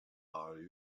are